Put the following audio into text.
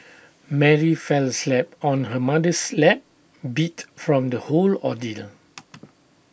Mary fell asleep on her mother's lap beat from the whole ordeal